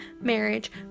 marriage